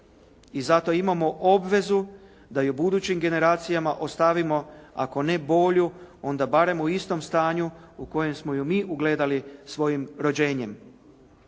I zato imamo obvezu da i budućim generacijama ostavimo, ako ne bolju, onda barem u istom stanju u kojem smo je mi ugledali svojim rođenjem.